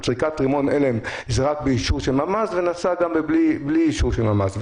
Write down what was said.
זריקת רימון הלם זה רק באישור של ממ"ז וזה נעשה גם בלי אישור של ממ"ז,